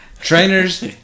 Trainers